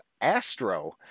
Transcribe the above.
Astro